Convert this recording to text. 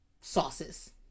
sauces